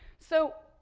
so,